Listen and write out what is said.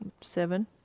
Seven